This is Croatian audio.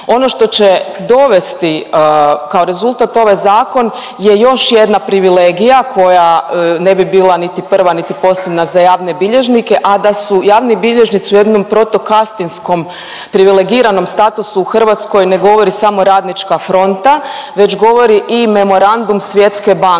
Ono što će dovesti kao rezultat ovaj zakon je još jedna privilegija koja ne bi bila niti prva, niti posljednja za javne bilježnike, a da su javni bilježnici u jednom proto kastinskom privilegiranom statusu u Hrvatskoj je govori samo RF već govori i memorandum Svjetske banke.